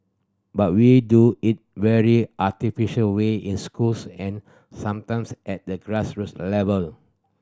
but we do it very artificial way in schools and sometimes at the grassroots level